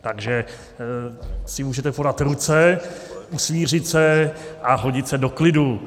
Takže si můžete podat ruce, usmířit se a hodit se do klidu.